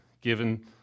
given